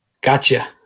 Gotcha